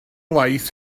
waith